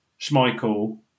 Schmeichel